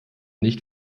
nicht